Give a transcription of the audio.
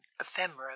ephemera